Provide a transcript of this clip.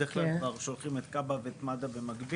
בדרך כלל כבר שולחים את כב"ה ואת מד"א במקביל.